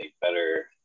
better